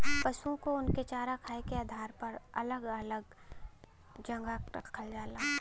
पसुओ को उनके चारा खाए के आधार पर अलग अलग जगह रखल जाला